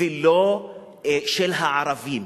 ולא של הערבים,